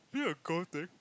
is it a girl thing